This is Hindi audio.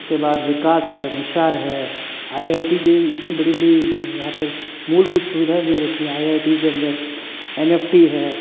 उसके बाद विकास है निशार है आई आई टी के बड़ी बड़ी यहाँ पे मूलभुत सुविधाएँ दे रखी हैं आई आई टी के अंदर एन एफ़ टी है